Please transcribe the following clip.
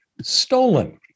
stolen